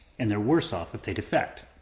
and their worse off if they defect.